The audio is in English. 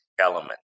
element